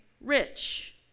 rich